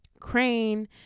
Crane